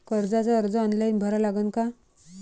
कर्जाचा अर्ज ऑनलाईन भरा लागन का?